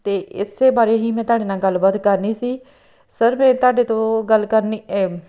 ਅਤੇ ਇਸੇ ਬਾਰੇ ਹੀ ਮੈਂ ਤੁਹਾਡੇ ਨਾਲ ਗੱਲਬਾਤ ਕਰਨੀ ਸੀ ਸਰ ਫਿਰ ਤੁਹਾਡੇ ਤੋਂ ਗੱਲ ਕਰਨੀ ਹੈ